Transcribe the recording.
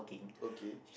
okay